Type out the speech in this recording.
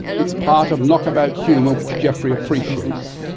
it's part of knock about humour which geoffrey appreciates.